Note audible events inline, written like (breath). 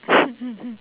(breath) (laughs)